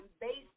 based